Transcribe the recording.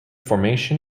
formation